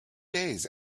days